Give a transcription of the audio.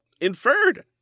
inferred